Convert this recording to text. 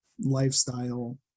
lifestyle